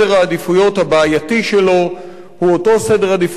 סדר העדיפויות הבעייתי שלו הוא אותו סדר עדיפויות.